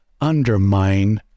undermine